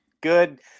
good